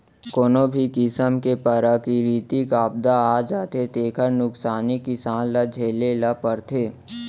कोनो भी किसम के पराकिरितिक आपदा आ जाथे तेखर नुकसानी किसान ल झेले ल परथे